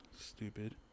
Stupid